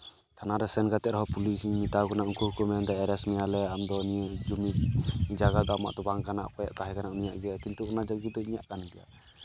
ᱛᱷᱟᱱᱟ ᱨᱮ ᱥᱮᱱ ᱠᱟᱛᱮ ᱨᱮᱦᱚᱸ ᱯᱩᱞᱤᱥ ᱤᱧ ᱢᱮᱛᱟᱣ ᱠᱚ ᱠᱟᱱᱟ ᱩᱱᱠᱩ ᱦᱚᱸᱠᱚ ᱢᱮᱱᱫᱟ ᱮᱨᱮᱥᱴ ᱢᱮᱭᱟᱞᱮ ᱟᱢᱫᱚ ᱱᱤᱭᱟᱹ ᱡᱚᱢᱤ ᱡᱟᱭᱜᱟ ᱫᱚ ᱟᱢᱟᱜ ᱫᱚ ᱵᱟᱝ ᱠᱟᱱᱟ ᱚᱠᱚᱭᱟᱜ ᱛᱟᱦᱮᱸ ᱠᱟᱱᱟ ᱩᱱᱤᱭᱟᱜ ᱜᱮ ᱠᱤᱱᱛᱩ ᱚᱱᱟ ᱡᱚᱢᱤ ᱫᱚ ᱤᱧᱟᱹᱜ ᱠᱟᱱ ᱜᱮᱭᱟ